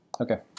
Okay